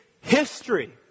history